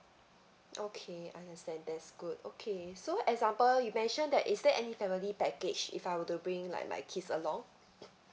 okay understand that's good okay so example you mention that is there any family package if I were to bring like my kids along